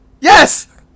Yes